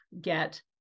get